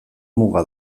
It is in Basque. muga